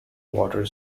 water